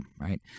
right